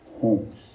homes